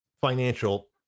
financial